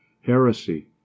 heresy